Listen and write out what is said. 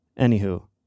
anywho